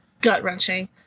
Gut-wrenching